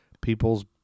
People's